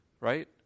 right